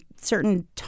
certain